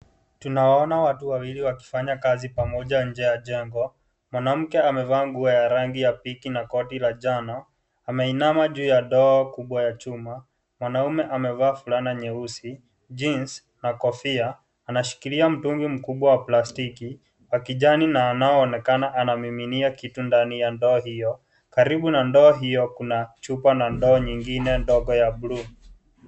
Tunawaona watu wawili wakifanya kazi pamoja nje ya jengo, mwanamke amevaa nguo ya rangi ya piki na koti la njano ameinama juu ya ndoo kubwa ya chuma, mwanaume amevaa fulana nyeusi jeans na kofia, anashikilia mtungi mkubwa wa plastiki wa kijani na anaoonekana anamiminia kitu ndani ndani ya ndoo hio, karibu na ndoo hio kuna chupa na ndoo nyingine ndogo ya bluu.